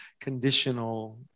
conditional